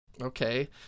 Okay